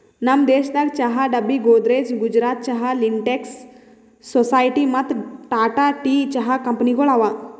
ನಮ್ ದೇಶದಾಗ್ ಚಹಾ ಡಬ್ಬಿ, ಗೋದ್ರೇಜ್, ಗುಜರಾತ್ ಚಹಾ, ಲಿಂಟೆಕ್ಸ್, ಸೊಸೈಟಿ ಮತ್ತ ಟಾಟಾ ಟೀ ಚಹಾ ಕಂಪನಿಗೊಳ್ ಅವಾ